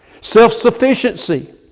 Self-sufficiency